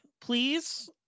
please